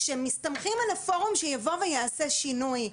שמסתמכים על הפורום שיבוא ויעשה שינוי.